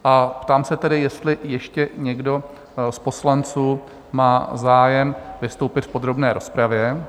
A ptám se tedy, jestli ještě někdo z poslanců má zájem vystoupit v podrobné rozpravě?